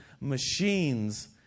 machines